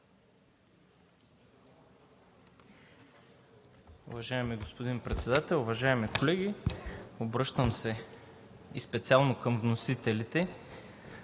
Уважаеми господин Председател, уважаеми колеги! Обръщам се специално към вносителите